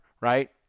right